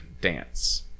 dance